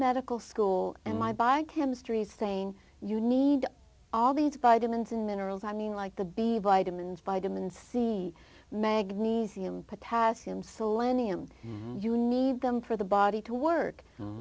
medical school and my bike chemistries thing you need all these vitamins and minerals i mean like the b vitamins vitamin c magnesium potassium so leonie and you need them for the body to work